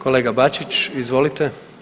Kolega Bačić, izvolite.